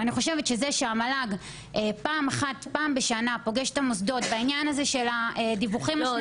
וזה שהמל"ג פוגש פעם בשנה את המוסדות בעניין הדיווחים -- לא,